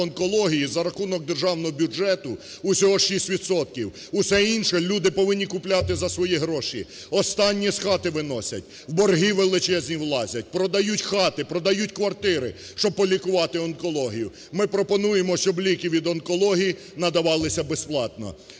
за рахунок державного бюджету – усього 6 відсотків. Усе інше люди повинні купляти за свої гроші, останнє з хати виносять, в борги величезні влазять, продають хати, продають квартири, щоби полікувати онкологію. Ми пропонуємо, що ліки від онкології надавалися безплатно.